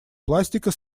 пластика